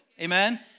Amen